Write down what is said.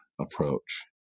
approach